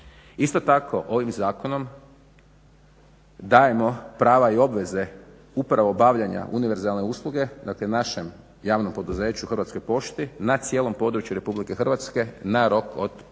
Isto tako ovim zakonom dajemo prava i obveze upravo bavljenja univerzalne usluge dakle našem javnom poduzeću Hrvatskoj pošti na cijelom području RH na rok od 15